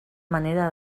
manera